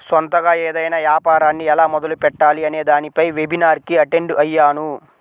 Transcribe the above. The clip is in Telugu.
సొంతగా ఏదైనా యాపారాన్ని ఎలా మొదలుపెట్టాలి అనే దానిపై వెబినార్ కి అటెండ్ అయ్యాను